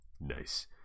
Nice